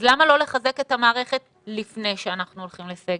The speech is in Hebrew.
אז למה לא לחזק את המערכת לפני שאנחנו הולכים לסגר?